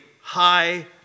high